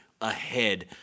ahead